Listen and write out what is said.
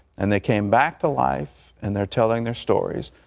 and they came back to life, and they're telling their stories.